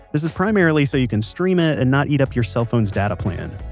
this is primarily so you can stream it and not eat up your cell phone's data plan.